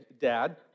Dad